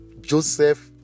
joseph